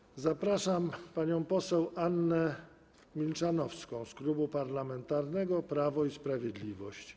Jako pierwszą zapraszam panią poseł Annę Milczanowską z Klubu Parlamentarnego Prawo i Sprawiedliwość.